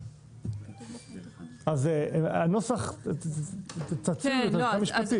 אז הנוסח, תציעו אותו מבחינה משפטית.